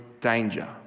danger